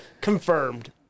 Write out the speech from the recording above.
confirmed